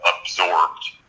absorbed